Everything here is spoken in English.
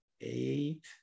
eight